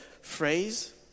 phrase